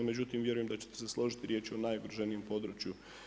Međutim, vjerujem da ćete se složiti riječ je o najugroženijem području.